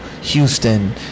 Houston